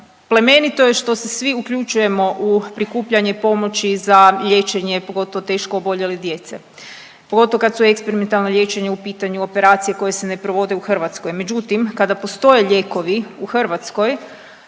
plemenito je što se svi uključujemo u prikupljanje pomoći za liječenje, pogotovo teško oboljele djece, pogotovo kada su eksperimentalna liječenja u pitanju, operacije koje se ne provode u Hrvatskoj. Međutim, kada postoje lijekovi u Hrvatskoj,